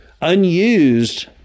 unused